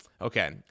Okay